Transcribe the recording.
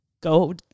go